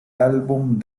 álbum